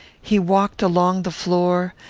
he walked along the floor,